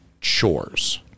chores